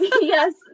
yes